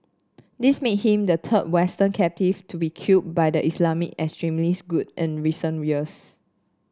this make him the third Western captive to be killed by the Islamist extremist group in recent years